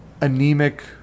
anemic